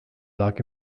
lag